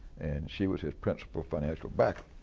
and she was his principal financial backer,